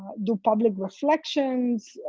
do public reflections,